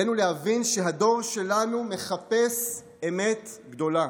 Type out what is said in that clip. עלינו להבין שהדור שלנו מחפש אמת גדולה.